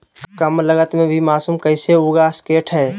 कम लगत मे भी मासूम कैसे उगा स्केट है?